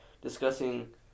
discussing